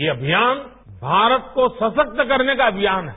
ये अनियान भारतको सशक्त करने का अनियान है